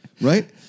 Right